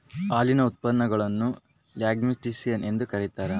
ಹಾಲಿನ ಉತ್ಪನ್ನಗುಳ್ನ ಲ್ಯಾಕ್ಟಿಸಿನಿಯ ಎಂದು ಕರೀತಾರ